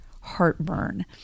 heartburn